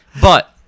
But-